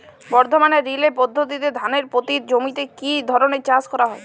বর্তমানে রিলে পদ্ধতিতে ধানের পতিত জমিতে কী ধরনের চাষ করা হয়?